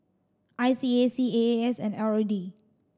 I C A C A A S and R O D